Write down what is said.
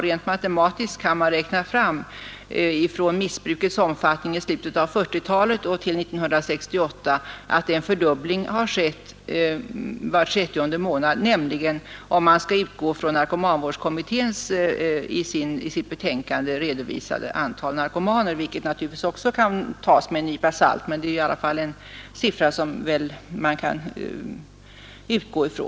Rent matematiskt kan man räkna fram att det från slutet av 1940-talet och till 1968 har skett en fördubbling av missbruket var trettionde månad, nämligen om man utgår från det i narkomanvårdskommitténs betänkande redovisade antalet narkomaner.